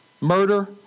Murder